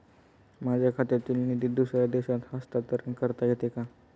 माझ्या खात्यातील निधी दुसऱ्या देशात हस्तांतर करता येते का?